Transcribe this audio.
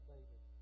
David